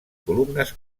columnes